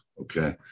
Okay